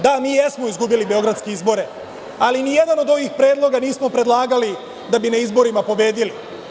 Da, mi jesmo izgubili beogradske izbore, ali ni jedan od ovih predloga nismo predlagali da bi na izborima pobedili.